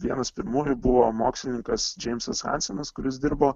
vienas pirmųjų buvo mokslininkas džeimsas hansenas kuris dirbo